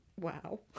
Wow